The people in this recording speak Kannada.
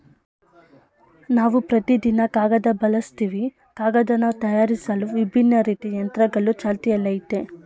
ನಾವು ಪ್ರತಿದಿನ ಕಾಗದ ಬಳಸ್ತಿವಿ ಕಾಗದನ ತಯಾರ್ಸಲು ವಿಭಿನ್ನ ರೀತಿ ಯಂತ್ರಗಳು ಚಾಲ್ತಿಯಲ್ಲಯ್ತೆ